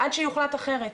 עד שיוחלט אחרת,